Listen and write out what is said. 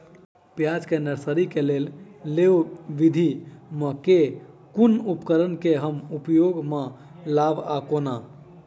प्याज केँ नर्सरी केँ लेल लेव विधि म केँ कुन उपकरण केँ हम उपयोग म लाब आ केना?